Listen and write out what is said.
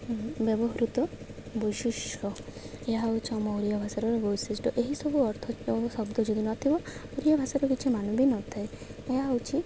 ବ୍ୟବହୃତ ବୈଶିଷ୍ୟ ଏହା ହେଉଛି ଆମ ଓରିଆ ଭାଷାର ବୈଶିଷ୍ଟ ଏହିସବୁ ଅର୍ଥ ଶବ୍ଦ ଯଦି ନଥିବ ଓରିଆ ଭାଷାର କିଛି ମାନେ ବି ନଥାଏ ଏହା ହେଉଛି